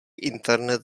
internet